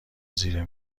زیر